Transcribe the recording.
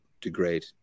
degrade